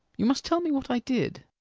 you must tell me what i did.